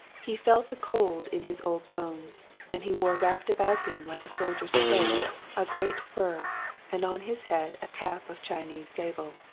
he felt the cold in his old bones and he wore wrapped about him like a soldier's cloak a great fur and on his head a cap of chinese sable.